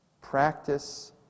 Practice